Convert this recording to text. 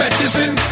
Medicine